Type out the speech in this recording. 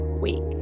week